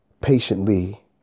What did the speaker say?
patiently